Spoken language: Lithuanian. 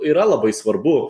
yra labai svarbu